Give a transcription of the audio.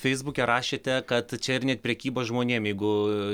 feisbuke rašėte kad čia ir net prekyba žmonėm jeigu